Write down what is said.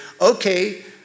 okay